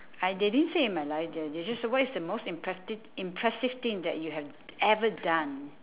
I they didn't say in my life there they just say what is the most impressive thing that you have ever done